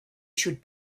should